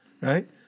right